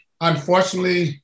unfortunately